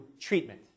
treatment